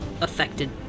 affected